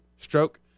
Stroke